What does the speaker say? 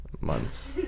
months